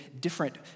different